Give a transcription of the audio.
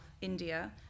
India